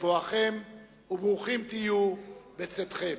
בבואכם וברוכים תהיו בצאתכם,